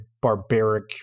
barbaric